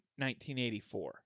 1984